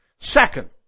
second